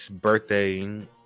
birthday